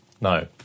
no